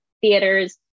theaters